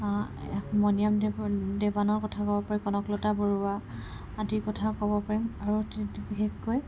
মণিৰাম দেৱান দেৱানৰ কথা ক'ব পাৰি কনকলতা বৰুৱা আদিৰ কথা ক'ব পাৰিম আৰু বিশেষকৈ